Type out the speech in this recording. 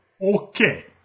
Okay